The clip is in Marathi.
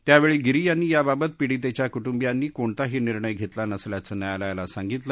त्यावळी गिरी यांनी या बाबत पीडीतघ्या कुटुंबियांनी कोणताही निर्णय घसला नसल्याचं न्यायालयाला सांगितलं